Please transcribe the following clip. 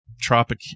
tropic